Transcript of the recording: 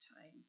time